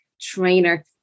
Trainer